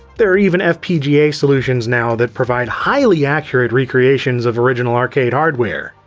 there are even fpga solutions now that provide highly accurate recreations of original arcade hardware.